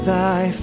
Thy